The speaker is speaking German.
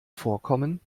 vorkommen